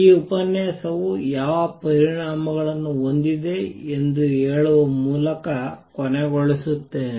ಈ ಉಪನ್ಯಾಸವು ಯಾವ ಪರಿಣಾಮಗಳನ್ನು ಹೊಂದಿದೆ ಎಂದು ಹೇಳುವ ಮೂಲಕ ಕೊನೆಗೊಳಿಸುತ್ತೇನೆ